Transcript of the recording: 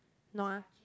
no ah